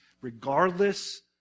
Regardless